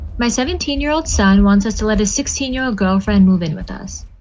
my seventeen year old son wants us to let a sixteen year old girlfriend move in with us.